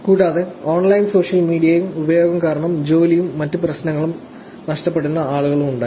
കൂടാതെ online social മീഡിയയുടെ ഉപയോഗം കാരണം ജോലിയും മറ്റ് പ്രശ്നങ്ങളും നഷ്ടപ്പെടുന്ന ആളുകളും ഉണ്ടായിരുന്നു